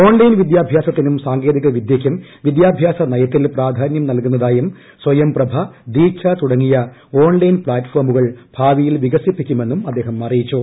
online വിദ്യാഭ്യാസത്തിനും സാങ്കേതിക വിദ്യയ്ക്കും വിദ്യാഭ്യാസ നയത്തിൽ പ്രാധാന്യം നൽകുന്നതായും സ്വയംപ്രഭ ദീക്ഷാ തുടങ്ങിയ ഓൺലൈൻ പ്ലാറ്റ്ഫോമുകൾ ഭാവിയിൽ വികസിപ്പിക്കുമെന്നും അദ്ദേഹം അറിയിച്ചു